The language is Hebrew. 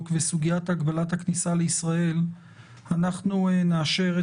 כדי להבין האם אנחנו צריכים לשנות